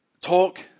talk